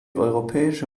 europäische